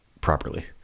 properly